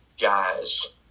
guys